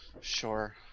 sure